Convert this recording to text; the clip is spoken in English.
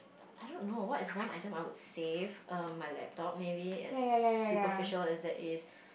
I don't know what is one item I would save um my laptop maybe as superficial as that is